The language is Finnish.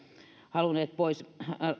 halunneet pois